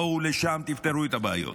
בואו לשם, תפתרו את הבעיות.